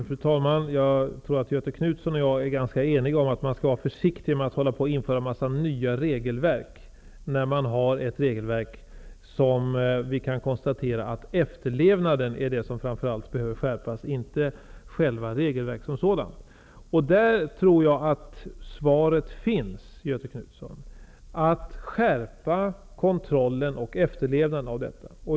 Fru talman! Jag tror att Göthe Knutson och jag är ganska eniga om att man skall vara försiktig med att införa en massa nya regelverk, när det är framför allt efterlevnaden av det regelverk som finns som behöver skärpas, inte själva regelverket som sådant. Jag tror att det är där svaret finns, Göthe Knutson.